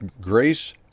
Grace